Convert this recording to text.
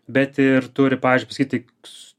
bet ir turi pavyzdžiui pasakyti